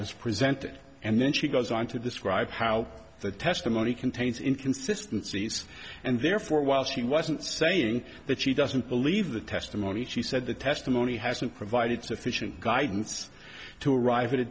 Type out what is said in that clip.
was presented and then she goes on to describe how the testimony contains inconsistency says and therefore while she wasn't saying that she doesn't believe the testimony she said the testimony hasn't provided sufficient guidance to arrive at